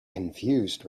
confused